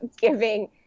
giving